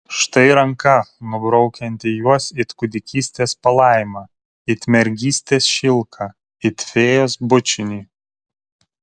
štai ranka nubraukianti juos it kūdikystės palaimą it mergystės šilką it fėjos bučinį